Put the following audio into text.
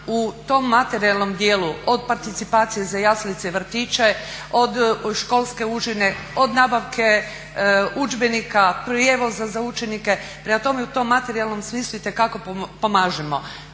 u tom materijalnom dijelu od participacije za jaslice i vrtiće, od školske užine, od nabavke udžbenika, prijevoza za učenike, prema tome u tom materijalnom smislu itekako pomažemo.